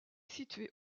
situé